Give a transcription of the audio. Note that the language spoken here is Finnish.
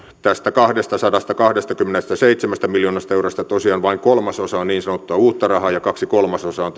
tästä kahdestasadastakahdestakymmenestäseitsemästä miljoonasta eurosta tosiaan vain kolmasosa on niin sanottua uutta rahaa ja kaksi kolmasosaa on